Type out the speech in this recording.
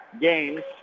games